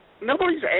nobody's